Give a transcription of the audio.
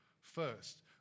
first